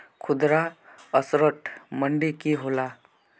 खुदरा असटर मंडी की होला?